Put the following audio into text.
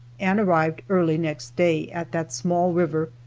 and arrived early next day, at that small river,